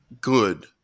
good